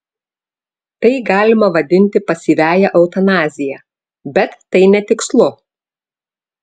tai galima vadinti pasyviąja eutanazija bet tai netikslu